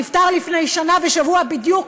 שנפטר לפני שנה ושבוע בדיוק,